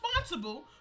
responsible